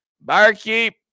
barkeep